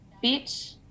Beach